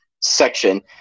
section